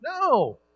No